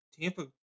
Tampa